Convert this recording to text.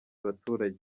baturage